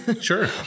Sure